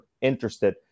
interested